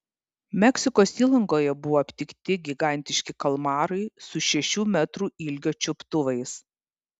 meksikos įlankoje buvo aptikti gigantiški kalmarai su šešių metrų ilgio čiuptuvais